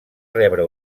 rebre